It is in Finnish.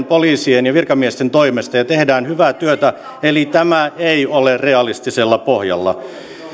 poliisien ja virkamiesten toimesta ja tehdään hyvää työtä eli tämä ei ole realistisella pohjalla